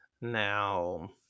now